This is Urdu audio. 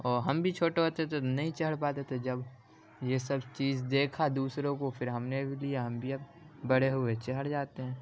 اور ہم بھی چھوٹے ہوتے تو نہیں چڑھ پاتے تھے جب یہ سب چیز دیکھا دوسروں کو پھر ہم نے بھی لیا ہم بھی اب بڑے ہوئے چڑھ جاتے ہیں